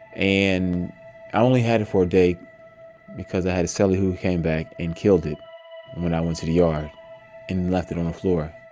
and i only had it for a day because i had a cellie who came back and killed it when i went to the yard and left it on the floor